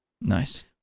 Nice